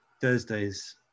Thursdays